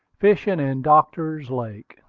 fishing in doctor's lake.